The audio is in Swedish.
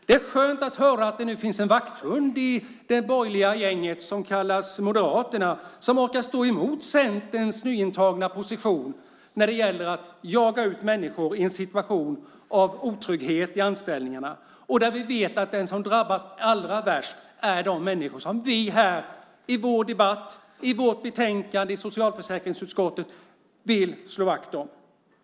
Det är skönt att höra att det nu finns en vakthund i det borgerliga gänget, som kallas Moderaterna och som orkar stå emot Centerns nyintagna position när det gäller att jaga ut människor i en situation av otrygghet i anställningarna där vi vet att de som drabbas allra värst är de människor som vi här i vår debatt och i vårt betänkande i socialförsäkringsutskottet vill slå vakt om.